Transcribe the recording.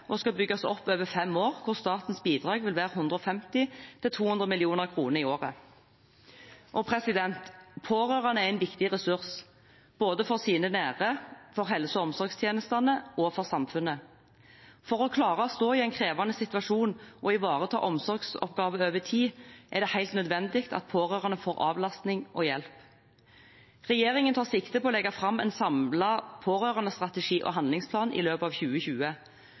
og skal bygges opp over fem år. Statens bidrag vil være 150–200 mill. kr i året. Pårørende er en viktig ressurs, både for sine nære, for helse- og omsorgstjenestene og for samfunnet. For å klare å stå i en krevende situasjon og ivareta omsorgsoppgaver over tid er det helt nødvendig at pårørende får avlastning og hjelp. Regjeringen tar sikte på å legge fram en samlet pårørendestrategi og handlingsplan i løpet av 2020.